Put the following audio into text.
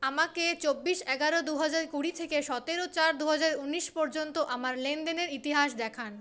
আমাকে চব্বিশ এগারো দু হাজার কুড়ি থেকে সতেরো চার দু হাজার উনিশ পর্যন্ত আমার লেনদেনের ইতিহাস দেখান